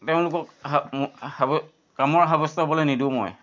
তেওঁলোকক কামৰ সাব্যস্ত হ'বলৈ নিদিওঁ মই